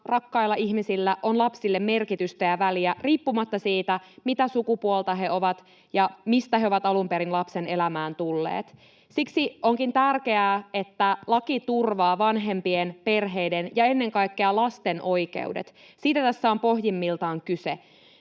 rakkailla ihmisillä on lapsille merkitystä ja väliä riippumatta siitä, mitä sukupuolta he ovat ja mistä he ovat alun perin lapsen elämään tulleet. Siksi onkin tärkeää, että laki turvaa vanhempien, perheiden ja ennen kaikkea lasten oikeudet. Siitä tästä on pohjimmiltaan kyse,